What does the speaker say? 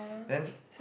then